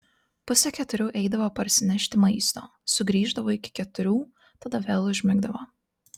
pusę keturių eidavo parsinešti maisto sugrįždavo iki keturių tada vėl užmigdavo